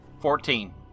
Fourteen